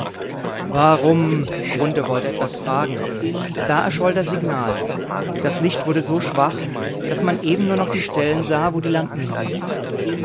warum grunthe wollte etwas fragen da erscholl das signal das licht wurde so schwach daß man eben nur noch die stellen sah wo die lampen hingen